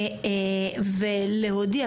ולהודיע.